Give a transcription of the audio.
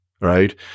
right